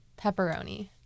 pepperoni